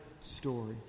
story